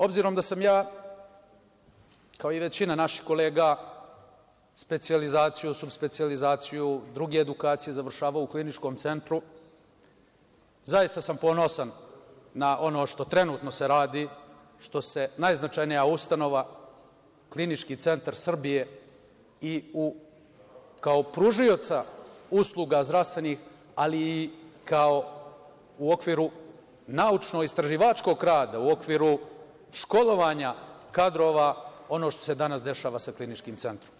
Obzirom da sam ja kao i većina naših kolega specijalizaciju, supspecijalizaciju, druge edukacije završavao u Kliničkom Centru, zaista sam ponosan na ono što se trenutno radi, što se najznačajnija ustanova Klinički Centar Srbije kao pružioca zdravstvenih ali i kao u okviru naučno-istraživačkog rada u okviru školovanja kadrova, ono što se danas dešava sa Kliničkim Centrom.